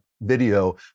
video